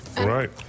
Right